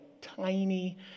tiny